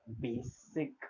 basic